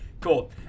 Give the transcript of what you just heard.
Cool